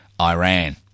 Iran